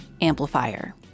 Amplifier